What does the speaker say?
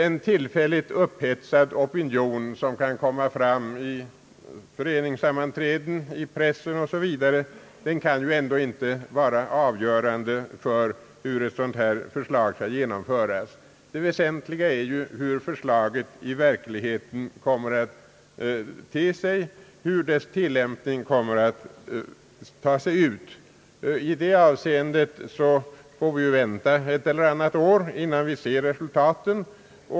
En tillfälligt upphetsad opinion kan komma fram vid föreningssammanträden och i pressen, men den kan ju ändå inte få vara avgörande för hur ett sådant här förslag skall genomföras. Det väsentliga är hur förslaget i verkligheten kommer att te sig och hur dess tillämpning kommer att bli. I detta avseende får vi vänta ett eller annat år innan vi ser resultaten.